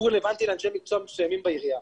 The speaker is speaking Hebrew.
הוא רלוונטי לאנשי מקצוע מסוימים בעירייה.